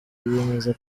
yiyemeza